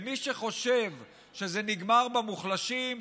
מי שחושב שזה נגמר במוחלשים,